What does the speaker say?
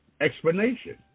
explanation